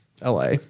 LA